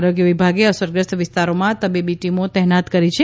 આરોગ્ય વિભાગે અસરગ્રસ્ત વિસ્તારોમાં તબીબી ટીમો તહેનાત કરી છે